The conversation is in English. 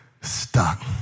stuck